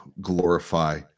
glorify